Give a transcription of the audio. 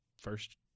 First